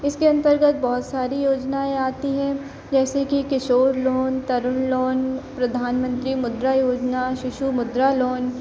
जिसके अंतर्गत बहुत सारी योजनाएँ आती हैं जैसे कि किशोर लोन करुण लोन प्रधानमंत्री मुद्रा योजना शिशु मुद्रा लोन